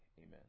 Amen